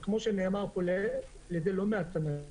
זה כמו שנאמר פה על ידי לא מעט מהאנשים,